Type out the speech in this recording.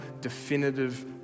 definitive